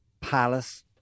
Palace